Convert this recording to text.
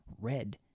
red